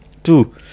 Two